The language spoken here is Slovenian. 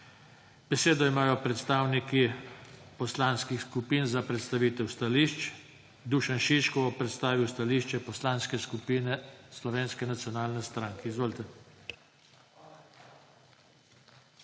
Besedo imajo predstavniki poslanskih skupin za predstavitev stališč. Dušan Šiško bo predstavil stališče Poslanske skupine Slovenske nacionalne stranke. **DUŠAN